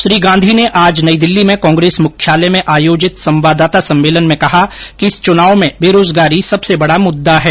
श्री गांधी ने आज नई दिल्ली में कांग्रेस मुख्यालय में आयोजित संवाददाता सम्मेलन में कहा कि इस चूनाव में बेरोजगारी सबसे बडा मुददा है